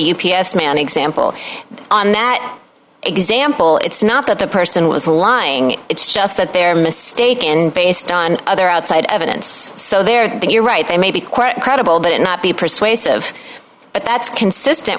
s man example on that example it's not that the person was a lying it's just that they're mistaken based on other outside evidence so they're you're right they may be quite credible but not be persuasive but that's consistent